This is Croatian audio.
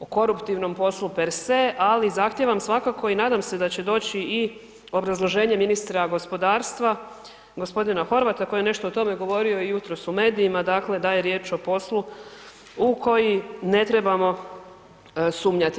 o koruptivnom poslu, per se ali zahtijeva svakako i nadam se da će doći i obrazloženje ministra gospodarstva, gospodina Horvata koji je nešto o tome govorio i jutros u medijima, dakle da je riječ o poslu u koji ne trebamo sumnjati.